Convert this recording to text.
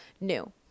new